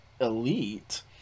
Elite